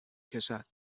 کشد